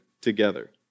together